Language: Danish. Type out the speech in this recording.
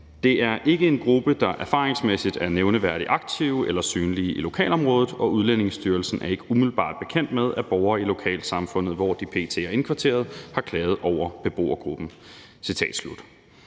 »Det er ikke en gruppe, der erfaringsmæssigt er nævneværdigt aktive eller synlige i lokalområdet, og Udlændingestyrelsen er ikke umiddelbart bekendt med, at borgere i lokalsamfundet, hvor de p.t. er indkvarteret, har klaget over beboergruppen.«